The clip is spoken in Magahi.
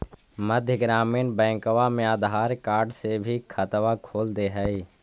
मध्य ग्रामीण बैंकवा मे आधार कार्ड से भी खतवा खोल दे है?